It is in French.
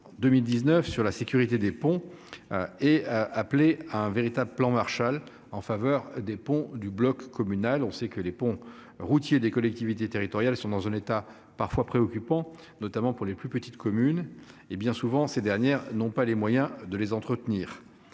sur la sécurité des ponts et appelé à un véritable plan Marshall en faveur des ponts du bloc communal. On sait que les ponts routiers des collectivités territoriales sont dans un état parfois préoccupant, notamment dans les plus petites communes, qui, bien souvent, n'ont pas les moyens de les entretenir.